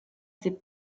ses